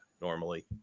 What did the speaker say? normally